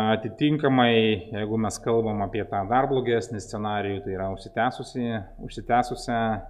atitinkamai jeigu mes kalbam apie tą dar blogesnį scenarijų tai yra užsitęsusį užsitęsusią